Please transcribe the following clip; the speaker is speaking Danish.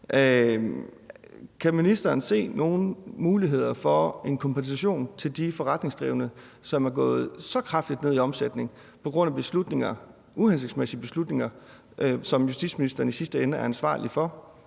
Kan ministeren se nogen mulighed for en kompensation til de forretningsdrivende, som er gået så kraftigt ned i omsætning på grund af beslutninger, uhensigtsmæssige beslutninger, som justitsministeren i sidste ende er ansvarlig for